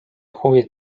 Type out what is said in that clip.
huvid